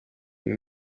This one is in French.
une